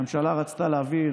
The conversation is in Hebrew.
הממשלה רצתה להעביר